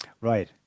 Right